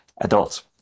adults